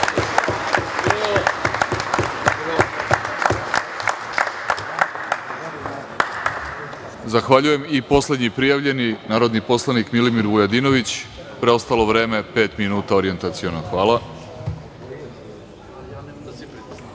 Zahvaljujem. Poslednji prijavljeni je narodni poslanik Milimir Vujadinović. Preostalo vreme je pet minuta orijentaciono. Hvala.